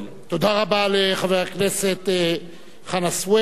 תודה רבה לחבר הכנסת חנא סוייד.